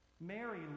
Mary